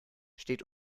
steht